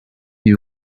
you